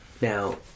now